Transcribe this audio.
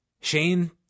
Shane